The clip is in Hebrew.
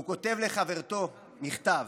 הוא כתב לחברתו מכתב.